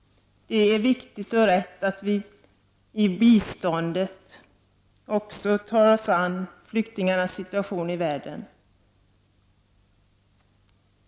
Det är viktigt och rätt att vi i biståndet också tar oss an flyktingarnas situation i världen.